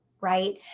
right